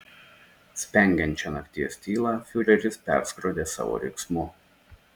spengiančią nakties tylą fiureris perskrodė savo riksmu